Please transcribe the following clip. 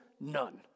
none